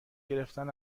گرفتن